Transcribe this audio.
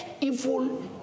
evil